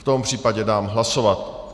V tom případě dám hlasovat.